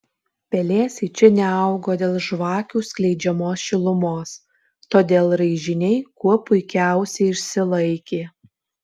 pelėsiai čia neaugo dėl žvakių skleidžiamos šilumos todėl raižiniai kuo puikiausiai išsilaikė